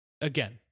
Again